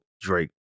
Drake